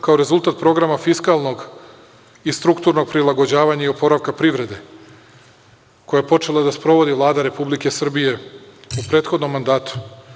Kao rezultat programa fiskalnog i strukturno prilagođavanje i oporavka privrede koje je počela da sprovodi Vlada Republike Srbije u prethodnom mandatu.